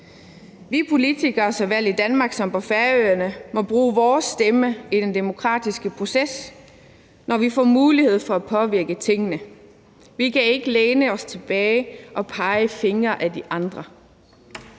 Vi politikere må såvel i Danmark som på Færøerne bruge vores stemme i den demokratiske proces, når vi får mulighed for at påvirke tingene. Vi kan ikke læne os tilbage og pege fingre ad de andre.